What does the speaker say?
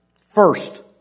First